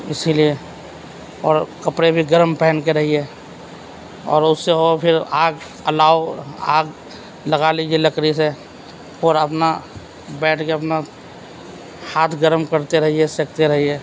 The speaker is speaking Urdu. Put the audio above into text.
اسی لیے اور کپڑے بھی گرم پہن کے رہیے اور اس سے ہو پھر آگ الاؤ آگ لگا لیجیے لکڑی سے اور اپنا بیٹھ کے اپنا ہاتھ گرم کرتے رہیے سیکتے رہیے